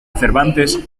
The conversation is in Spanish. cervantes